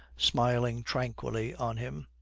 smiling tranquilly on him.